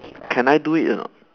can I do it or not